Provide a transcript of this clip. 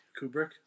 Kubrick